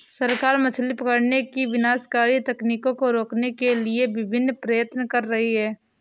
सरकार मछली पकड़ने की विनाशकारी तकनीकों को रोकने के लिए विभिन्न प्रयत्न कर रही है